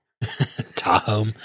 Tahoe